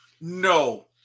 no